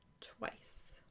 twice